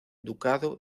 ducado